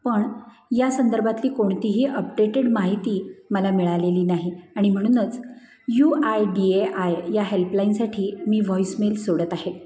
पण या संदर्भातली कोणतीही अपडेटेड माहिती मला मिळालेली नाही आणि म्हणूनच U I D A I या हेल्पलाईनसाठी मी व्हॉईसमेल सोडत आहे